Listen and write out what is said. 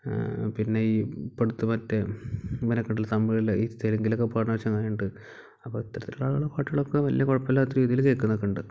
പിന്നെ ഈ ഇപ്പം അടുത്ത് മറ്റേ ഇവനൊക്കെ ഉണ്ടല്ലോ തമിഴിലെ ഈ തെലുങ്കിലൊക്കെ പാടുന്നവൻ ഉണ്ട് അപ്പം ഇത്തരത്തിൽ ആളുകളെ പാട്ടുകളൊക്കെ വലിയ കുഴപ്പമില്ലാത്ത രീതിയിൽ കേൾക്കുന്നൊക്കെ ഉണ്ട്